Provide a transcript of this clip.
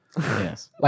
yes